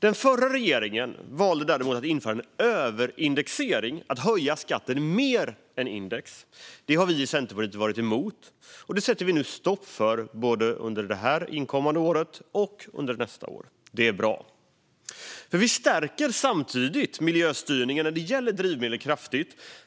Den förra regeringen valde däremot att införa en överindexering, att höja skatten mer än index. Det har vi i Centerpartiet varit emot, och det sätter vi nu stopp för både under detta år och under nästa år. Det är bra. Vi stärker samtidigt kraftigt miljöstyrningen när det gäller drivmedel.